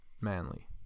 manly